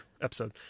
episode